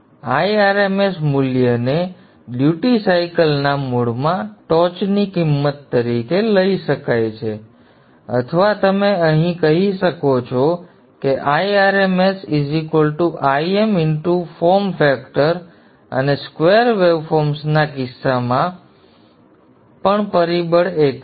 તેથી Irms મૂલ્યને ફરજ સાયકલના મૂળમાં ટોચની કિંમત તરીકે લઇ શકાય છે અથવા તમે કહી શકો છો કે IrmsIrms Im x ફોર્મ પરિબળ અને square વેવફોર્મ્સ ના કિસ્સામાં સ્વરૂપ પરિબળ એક છે